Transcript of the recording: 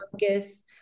focus